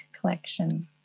collection